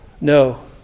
No